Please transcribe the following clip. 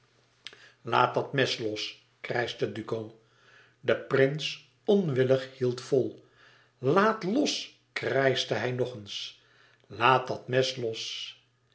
laat dat mes los krijschte duco de prins onwillig hield vol laat los krijschte hij nog eens laat dat mes los